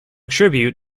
tribute